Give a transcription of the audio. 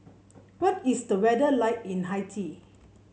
what is the weather like in Haiti